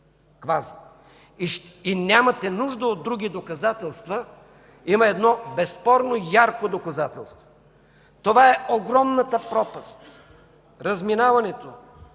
И нямате нужда от други доказателства. Има едно безспорно, ярко доказателство – това е огромната пропаст, разминаването